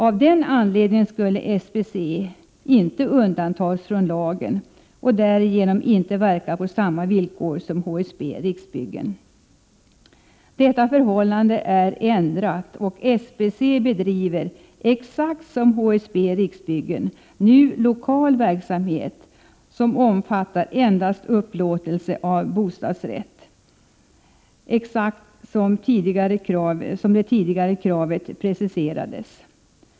Av den anledningen skulle SBC inte undantas från lagen och därigenom inte verka på samma villkor som HSB Riksbyggen nu lokal verksamhet som omfattar endast upplåtelse av bostadsrätt. Verksamheten sker alltså helt enligt de krav som tidigare preciserats.